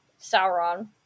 Sauron